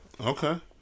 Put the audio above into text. okay